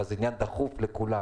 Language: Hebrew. אבל זה עניין דחוף לכולם.